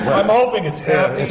but i'm hoping it's happy!